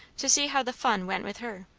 to see how the fun went with her.